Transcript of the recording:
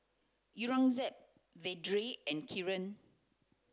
Aurangzeb Vedre and Kiran